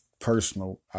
personal